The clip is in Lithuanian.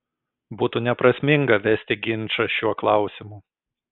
būtų neprasminga vesti ginčą šiuo klausimu